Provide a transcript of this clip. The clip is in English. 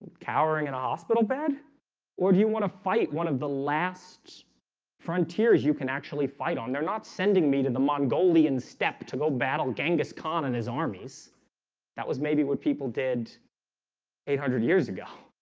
cowering in a hospital bed or do you want to fight one of the last frontiers you can actually fight on they're not sending me to the mongolian steppe to go battle genghis khan and his armies that was maybe what people did eight hundred years ago